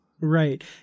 Right